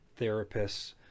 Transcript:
therapists